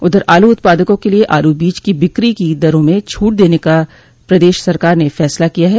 उधर आलू उत्पादकों के लिये आलू बीज की बिक्री की दरों में छूट देने का प्रदेश सरकार ने फैसला किया है